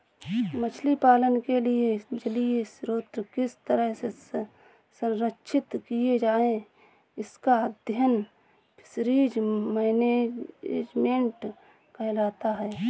मछली पालन के लिए जलीय स्रोत किस तरह से संरक्षित किए जाएं इसका अध्ययन फिशरीज मैनेजमेंट कहलाता है